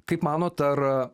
kaip manote ar